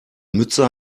mütze